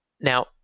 Now